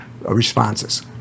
responses